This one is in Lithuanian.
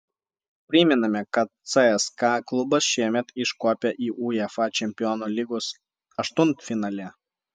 primename kad cska klubas šiemet iškopė į uefa čempionų lygos aštuntfinalį